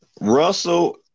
Russell